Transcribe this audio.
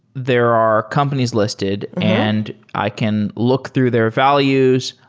there are companies listed and i can look through their values.